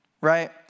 Right